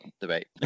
debate